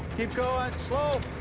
keep going slow!